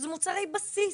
שזה מוצרי בסיס.